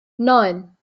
neun